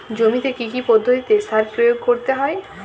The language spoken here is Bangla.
জমিতে কী কী পদ্ধতিতে সার প্রয়োগ করতে হয়?